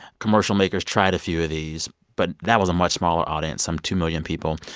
commercial makers tried a few of these, but that was a much smaller audience some two million people.